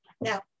Now